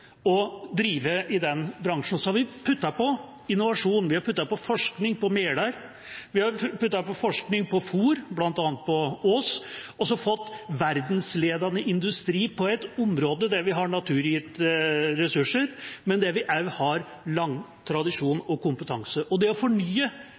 og om å drive i denne bransjen. Så har vi lagt på innovasjon, forskning på merder og forskning på fôr, bl.a. på Ås, og fått en verdensledende industri på et område der vi har naturgitte ressurser, men der vi også har lang tradisjon og kompetanse. Å fornye